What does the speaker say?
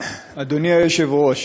אדוני היושב-ראש,